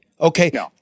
Okay